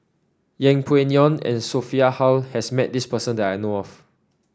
Yeng Pway Ngon and Sophia Hull has met this person that I know of